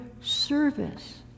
service